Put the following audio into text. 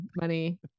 money